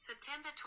September